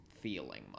feeling